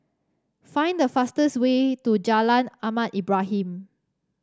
find the fastest way to Jalan Ahmad Ibrahim